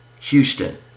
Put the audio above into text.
Houston